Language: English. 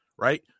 Right